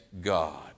God